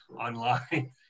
online